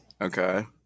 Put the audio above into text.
Okay